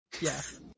Yes